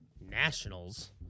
nationals